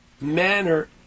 manner